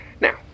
Now